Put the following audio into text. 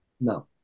No